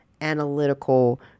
analytical